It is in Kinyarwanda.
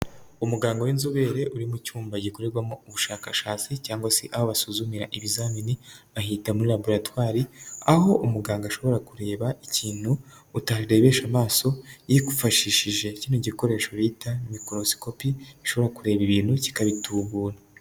Umuganga w'inzobere uri mu cyumba gikorerwamo ubushakashatsi cyangwa se aho basuzumira ibizamini, baahita muri laboratwari, aho umuganga ashobora kureba ikintu utarebesha amaso, yifashishije kino gikoresho bita mikorosikopi, gishobora kureba ibintu, kikabitubura.